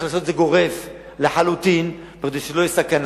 אני חושב שצריך לעשות את זה גורף לחלוטין כדי שלא תהיה סכנה,